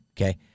Okay